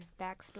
backstory